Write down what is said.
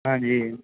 ਹਾਂਜੀ